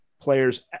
players